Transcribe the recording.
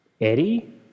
Eddie